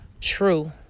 true